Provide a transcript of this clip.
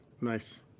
Nice